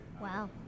Wow